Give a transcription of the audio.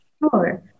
Sure